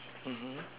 mmhmm